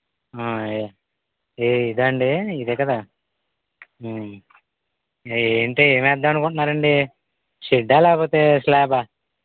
ఆయ్ ఇదా అండి ఇదేకదా ఏ ఏంటి ఏమి వేద్దాం అనుకుంటున్నారు అండి షెడ్ ఆ లేపోతే స్లాబ్ ఆ